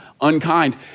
unkind